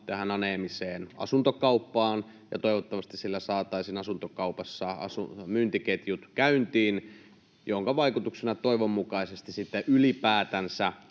aneemiseen asuntokauppaan, ja toivottavasti sillä saataisiin asuntokaupassa myyntiketjut käyntiin, minkä vaikutuksena toivon mukaisesti sitten ylipäätänsä